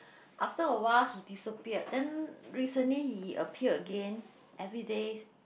after a while he disappeared then recently he appeared again everyday